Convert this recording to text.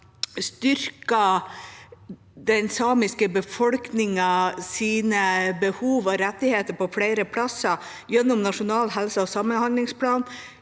styrker den samiske befolkningens behov og rettigheter på flere områder gjennom Nasjonal helse- og samhandlingsplan